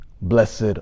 Blessed